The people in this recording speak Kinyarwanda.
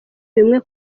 bimwe